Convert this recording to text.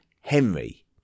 Henry